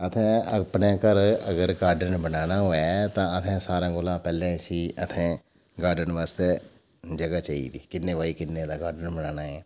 असें अपने घर गॉर्डन बनाना होऐ तां असें सारें कोला पैह्लें इत्थें गॉर्डन आस्तै जगह चाहिदी किन्ना बॉय किन्नै दी जगह चाहिदी ऐ